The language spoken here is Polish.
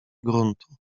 gruntu